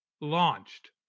launched